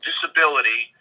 disability